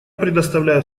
предоставляю